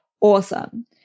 awesome